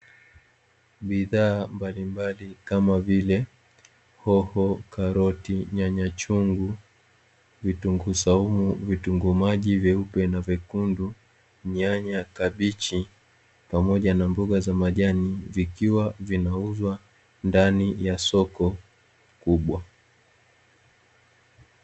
Bidhaa mbalimbali kama vile: hoho, karoti, nyanya chungu, vitunguu swaumu, vitunguu maji vyeupe na vyekundu, nyanya, kabichi, pamoja na mboga za majani, vikiwa vinauzwa ndani ya soko kubwa.